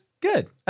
good